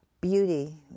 beauty